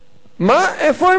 איפה הם יהיו?